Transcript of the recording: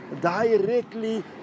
directly